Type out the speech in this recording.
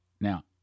Now